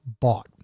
bought